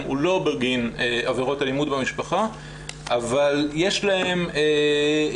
הוא לא בגין עבירות אלימות במשפחה אבל יש חשש,